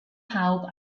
pawb